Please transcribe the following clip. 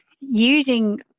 using